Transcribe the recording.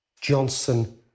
Johnson